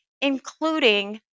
including